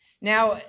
Now